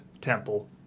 temple